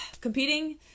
competing